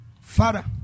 Father